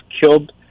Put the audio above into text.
killed